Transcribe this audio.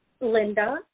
Linda